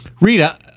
rita